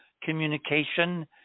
communication